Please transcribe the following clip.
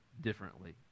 differently